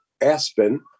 Aspen